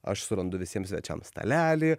aš surandu visiems svečiams stalelį